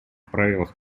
правилах